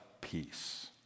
peace